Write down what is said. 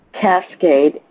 cascade